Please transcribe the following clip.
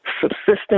subsistence